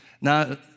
Now